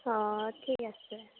অ' ঠিক আছে